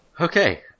Okay